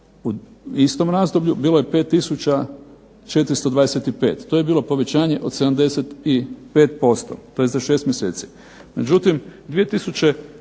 u istom razdoblju bilo je 5425, to je bilo povećanje od 75%. To je za šest mjeseci.